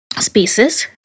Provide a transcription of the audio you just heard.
spaces